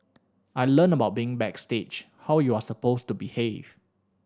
I learnt about being backstage how you are supposed to behave